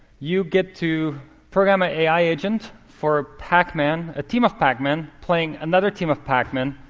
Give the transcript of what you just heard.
you get to program a ai agent for pac-man a team of pac-man playing another team of pac-man.